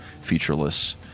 featureless